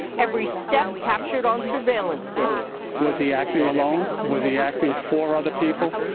every step captured on surveillance video. was he acting alone? was he acting for other people?